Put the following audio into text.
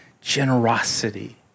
generosity